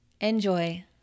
Enjoy